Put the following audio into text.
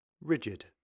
Rigid